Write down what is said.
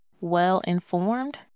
well-informed